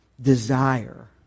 desire